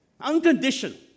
Unconditional